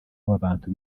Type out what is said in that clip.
w’abantu